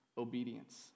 obedience